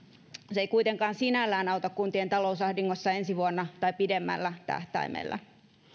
se ei kuitenkaan sinällään auta kuntien talousahdingossa ensi vuonna tai pidemmällä tähtäimellä